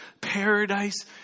paradise